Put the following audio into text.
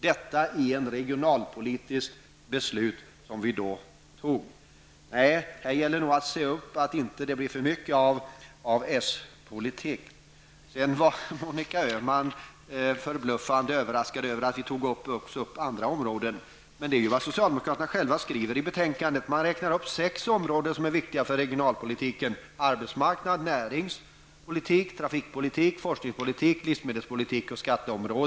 Detta blev ett regionalpolitiskt beslut som vi då fattade. Här gäller nog att se upp så att det inte blir för mycket av s-politik. Monica Öhman var förbluffande överraskad över att vi också tog upp andra områden. Men det är ju vad socialdemokraterna själva skriver i betänkandet. Man räknar upp sex områden som är viktiga för regionalpolitiken: arbetsmarknadspolitik, näringspolitik, forskningspolitik, livsmedelspolitik och poltiken på skatteområdet.